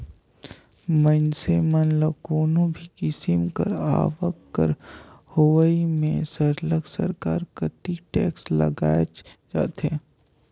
मइनसे ल कोनो भी किसिम कर आवक कर होवई में सरलग सरकार कती टेक्स लगाएच जाथे